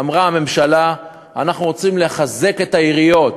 אמרה הממשלה: אנחנו רוצים לחזק את העיריות,